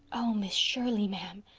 oh, miss shirley, ma'am,